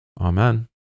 Amen